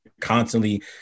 constantly